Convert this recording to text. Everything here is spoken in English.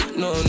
no